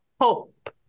hope